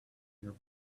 your